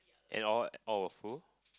and award all of who